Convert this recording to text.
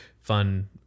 fun